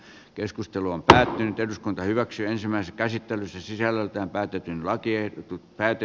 keskustelu on päättynyt eduskunta hyväksyi ensimmäisen käsittelyn jälkeen päädyttiin laki ei täyty